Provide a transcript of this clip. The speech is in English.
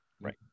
Right